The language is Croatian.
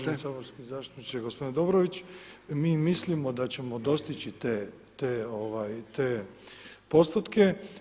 Uvaženi saborski zastupniče gospodine Dobrović, mi mislimo da ćemo dostići te postotke.